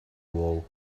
wall